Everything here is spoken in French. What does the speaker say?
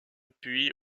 puis